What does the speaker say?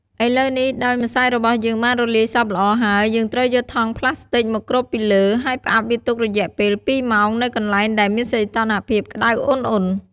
ឥឡូវនេះ ដោយម្សៅរបស់យើងបានរលាយសព្វល្អហើយ យើងត្រូវយកថង់ផ្លាស្ទិកមកគ្របពីលើ ហើយផ្អាប់វាទុករយៈពេល២ម៉ោងនៅកន្លែងដែលមានសីតុណ្ហភាពក្ដៅឧណ្ហៗ។